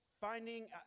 finding